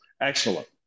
excellent